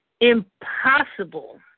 impossible